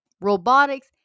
robotics